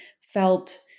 felt